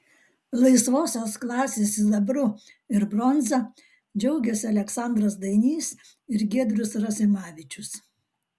laisvosios klasės sidabru ir bronza džiaugėsi aleksandras dainys ir giedrius rasimavičius